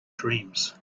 dreams